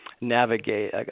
navigate